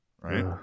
right